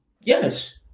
Yes